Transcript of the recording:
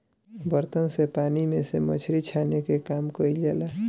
बर्तन से पानी में से मछरी छाने के काम कईल जाला